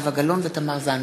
זהבה גלאון ותמר זנדברג.